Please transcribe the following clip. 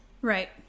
right